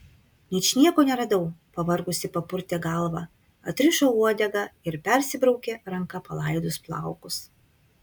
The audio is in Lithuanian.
ničnieko neradau pavargusi papurtė galvą atrišo uodegą ir persibraukė ranka palaidus plaukus